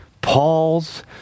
Paul's